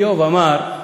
איוב אמר: